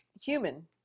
human